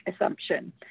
assumption